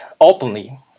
openly